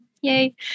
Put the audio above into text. Yay